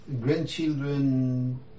grandchildren